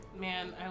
Man